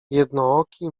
jednooki